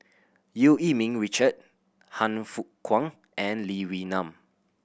Eu Yee Ming Richard Han Fook Kwang and Lee Wee Nam